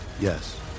Yes